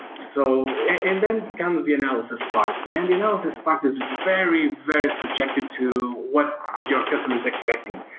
so and then comes the analysis part, and the analysis part is very, very subjective to what your customer is expecting.